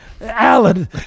Alan